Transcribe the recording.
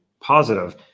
positive